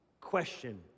question